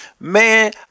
Man